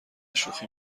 شوخی